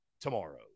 tomorrow